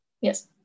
Yes